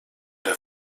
der